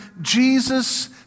Jesus